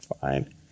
fine